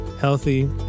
healthy